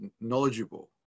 knowledgeable